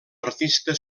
artista